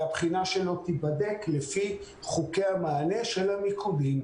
הבחינה שלו תיבדק לפי חוקי המענה של המיקודים.